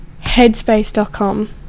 headspace.com